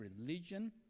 religion